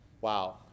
Wow